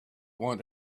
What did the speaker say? want